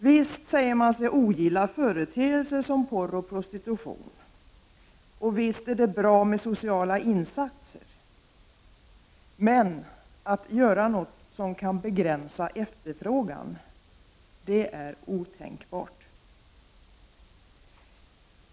Visst säger man sig ogilla företeelser som porr och prostitution, och visst är det bra med sociala insatser, men att göra något som kan begränsa efterfrågan är otänkbart.